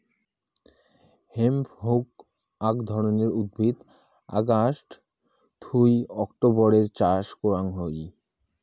hemp হউক আক ধরণের উদ্ভিদ অগাস্ট থুই অক্টোবরের চাষ করাং হই